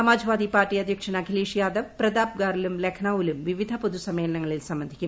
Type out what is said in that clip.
സമാജ്വാദി പാർട്ടി അധ്യക്ഷൻ അഖിലേഷ് യാദവ് പ്രതാപ് ഗാറിലും ലഖ്നൌവിലും വിവിധ പൊതുസമ്മേളനങ്ങളിൽ സംബന്ധിക്കും